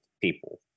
people